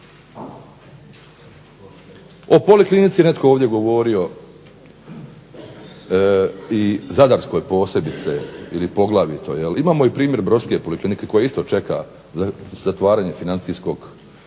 O poliklinici je netko ovdje govorio i zadarskoj posebice ili poglavito. Imamo i primjer brodske poliklinike koja isto čeka zatvaranje financijskog